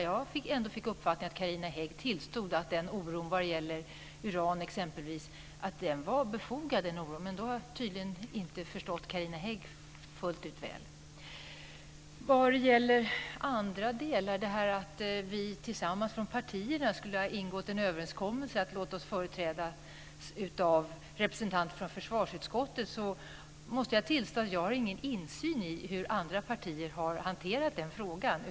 Jag fick den uppfattningen att Carina Hägg tillstod att oron när det gäller t.ex. uran var befogad, men då har jag tydligen inte förstått Carina Hägg fullt ut. När det gäller detta med att vi tillsammans från olika partier skulle ha ingått en överenskommelse om att låta oss företrädas av representanter för försvarsutskottet måste jag tillstå att jag inte har någon insyn i hur olika partier har hanterat den frågan.